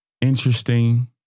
interesting